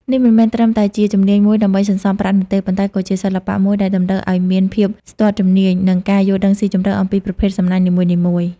នេះមិនមែនត្រឹមតែជាជំនាញមួយដើម្បីសន្សំប្រាក់នោះទេ ប៉ុន្តែក៏ជាសិល្បៈមួយដែលតម្រូវឲ្យមានភាពស្ទាត់ជំនាញ និងការយល់ដឹងស៊ីជម្រៅអំពីប្រភេទសំណាញ់នីមួយៗ។